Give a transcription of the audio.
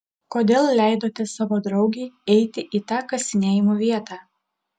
kodėl leidote savo draugei eiti į tą kasinėjimų vietą